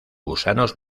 gusanos